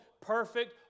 perfect